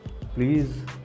please